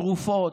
תרופות,